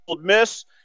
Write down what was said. Miss